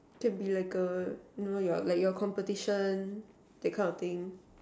to be like err you know like your competition that kind of thing